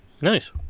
Nice